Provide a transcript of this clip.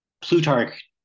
Plutarch